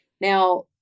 Now